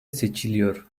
seçiliyor